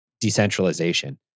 decentralization